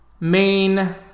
main